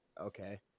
okay